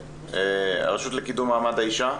הרשות לקידום מעמד האישה,